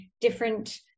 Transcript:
different